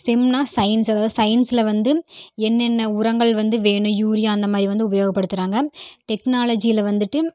ஸ்டெம்னால் science அதாவது சைன்ஸ்ல வந்து என்னென்ன உரங்கள் வந்து வேணும் யூரியா அந்தமாதிரி வந்து உபயோகப்படுத்துகிறாங்க டெக்னாலஜியில வந்துட்டு